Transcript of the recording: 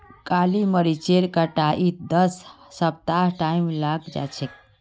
काली मरीचेर कटाईत दस हफ्तार टाइम लाग छेक